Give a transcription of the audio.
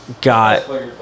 got